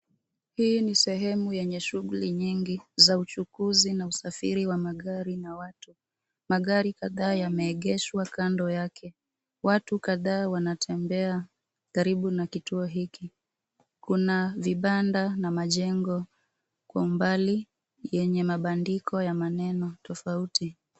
Hii ni sehemu yenye shughuli nyingi za uchukuji na usafiri wa magari na watu. Magari kadhaa yameegeshwa kando yake. Watu kadhaa wanatembea karibu na kituo hiki. Kuna vibanda na majengo kwa umbali yenye mabandiko ya maneno tofauti.